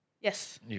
Yes